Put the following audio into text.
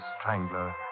Strangler